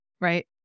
Right